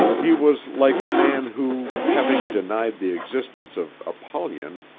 he was like a man who, having denied the existence of apollyon,